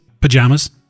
pajamas